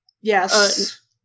yes